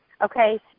okay